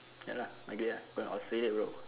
ya lah migrate uh going to australia bro